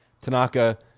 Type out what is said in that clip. Tanaka